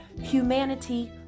humanity